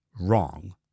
wrong